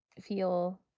feel